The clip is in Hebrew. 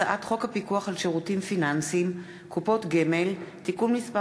הצעת חוק הפיקוח על שירותים פיננסיים (קופות גמל) (תיקון מס'